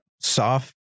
soft